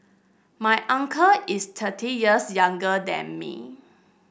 my uncle is thirty years younger than me